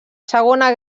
segona